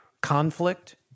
conflict